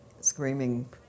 screaming